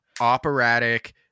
operatic